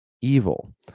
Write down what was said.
evil